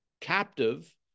captive